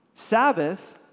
Sabbath